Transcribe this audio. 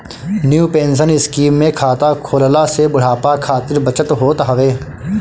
new pension scheme में खाता खोलला से बुढ़ापा खातिर बचत होत हवे